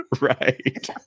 Right